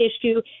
issue